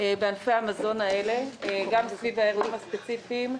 בענפי המזון הללו, גם סביב האירועים הספציפיים.